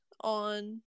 on